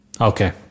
Okay